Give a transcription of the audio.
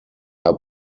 are